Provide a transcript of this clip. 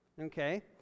Okay